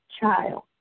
child